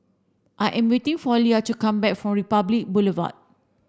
I am waiting for Lelia to come back from Republic Boulevard